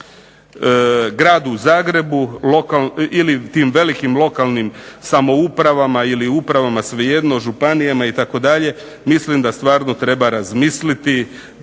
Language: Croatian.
gradu Zagrebu ili tim velikim lokalnim samoupravama ili upravama svejedno, županijama itd. Mislim da stvarno treba razmisliti